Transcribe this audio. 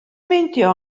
meindio